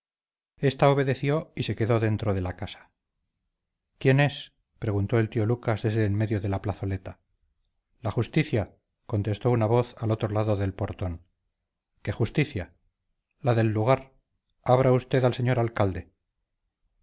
ésta obedeció y se quedó dentro de la casa quién es preguntó el tío lucas desde el medio de la plazoleta la justicia contestó una voz al otro lado del portón qué justicia la del lugar abra usted al señor alcalde